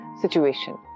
situation